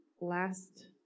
last